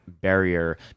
barrier